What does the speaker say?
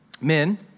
men